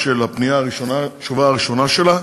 בפנייה ראשונה לתשובה הראשונה שלה,